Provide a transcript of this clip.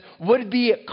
would-be